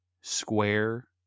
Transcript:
square